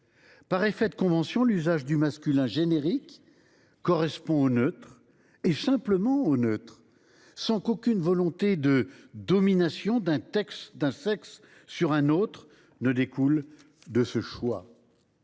Par effet de convention, l’usage du masculin générique correspond au neutre, simplement au neutre, sans qu’aucune volonté de domination d’un sexe sur un autre découle de ce choix.